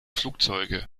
flugzeuge